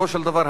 בסופו של דבר,